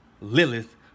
lilith